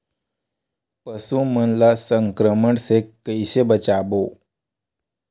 पशु मन ला संक्रमण से कइसे बचाबो?